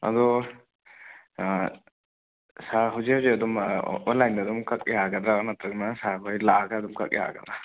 ꯑꯗꯣ ꯁꯥꯔ ꯍꯧꯖꯤꯛ ꯍꯧꯖꯤꯛ ꯑꯗꯨꯝ ꯑꯣꯟꯂꯥꯏꯟꯗ ꯑꯗꯨꯝ ꯀꯛ ꯌꯥꯒꯗ꯭ꯔꯥ ꯅꯠꯇ꯭ꯔꯥꯒꯅ ꯁꯥꯔ ꯍꯣꯏ ꯂꯥꯛꯑꯒ ꯑꯗꯨꯝ ꯀꯛ ꯌꯥꯒꯗ꯭ꯔꯥ